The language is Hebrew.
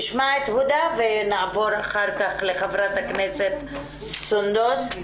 ואחר כך נעבור לחברת הכנסת סונדוס סאלח.